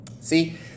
See